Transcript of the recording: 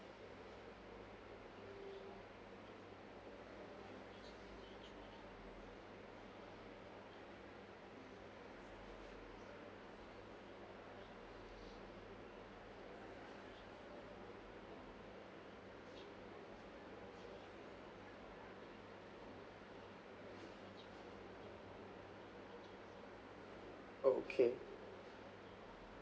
okay